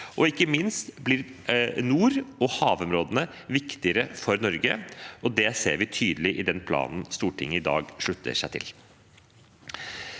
Ikke minst blir nord- og havområdene viktigere for Norge, og det ser vi tydelig i den planen Stortinget i dag slutter seg til.